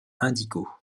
indigo